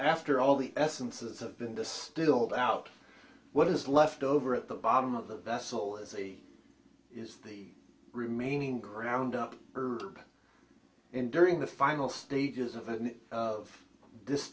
after all the essences of been this still doubt what is left over at the bottom of the vessel is a is the remaining ground up herb and during the final stages of